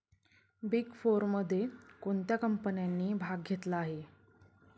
Big फोरमध्ये कोणत्या कंपन्यांनी भाग घेतला आहे?